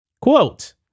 Quote